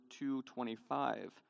2.25